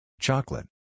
Chocolate